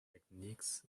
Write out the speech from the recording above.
techniques